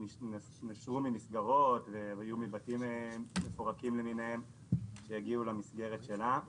שהיו מבתים מפורקים למיניהם שהגיעו למסגרת שלה.